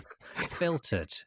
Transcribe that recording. filtered